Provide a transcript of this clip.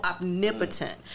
omnipotent